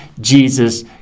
Jesus